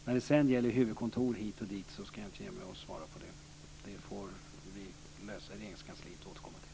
När det sedan gäller huvudkontor hit och dit ska jag inte ge mig in på att svara på det. Det får vi lösa i Regeringskansliet och återkomma till.